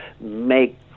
Make